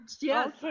Yes